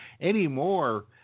anymore